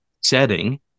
setting